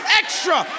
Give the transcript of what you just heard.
extra